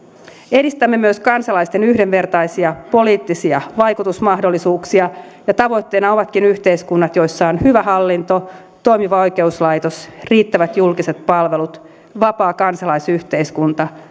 edistämme myös kansalaisten yhdenvertaisia poliittisia vaikutusmahdollisuuksia ja tavoitteena ovat yhteiskunnat joissa on hyvä hallinto toimiva oikeuslaitos riittävät julkiset palvelut vapaa kansalaisyhteiskunta